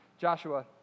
Joshua